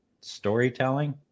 storytelling